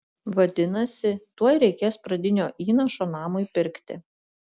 vadinasi tuoj reikės pradinio įnašo namui pirkti